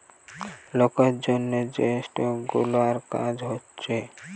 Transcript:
লোকের জন্যে যে স্টক গুলার কাজ হচ্ছে